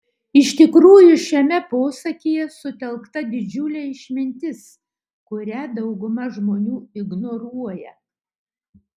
iš tikrųjų šiame posakyje sutelkta didžiulė išmintis kurią dauguma žmonių ignoruoja